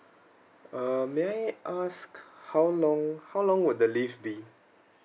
uh may I ask how long how long would the leave be